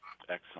Excellent